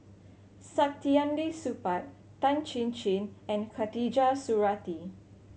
Saktiandi Supaat Tan Chin Chin and Khatijah Surattee